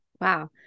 Wow